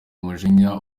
umujinya